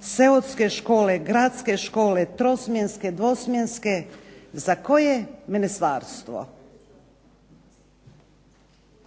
seoske škole, gradske škole, trosmjenske, dvosmjenske, za koje ministarstvo